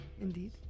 indeed